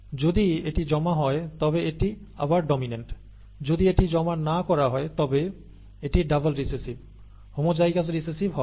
যদি এটি জমা হয় তবে এটি আবার ডমিন্যান্ট যদি এটি জমা না করা হয় তবে এটি ডাবল রিসেসিভ হোমোজাইগাস রিসেসিভ হবে